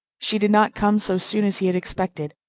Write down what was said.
she did not come so soon as he had expected,